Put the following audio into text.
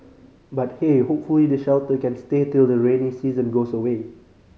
but hey hopefully the shelter can stay till the rainy season goes away